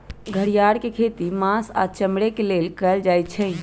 घरिआर के खेती मास आऽ चमड़े के लेल कएल जाइ छइ